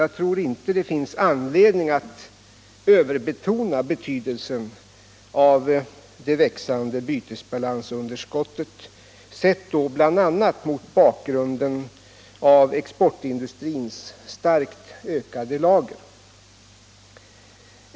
Jag tror inte att det finns anledning att överbetona betydelsen av det växande bytesbalansunderskottet, sett bl.a. mot bakgrunden av exportindustrins starkt ökade lager.